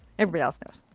everybody else knows.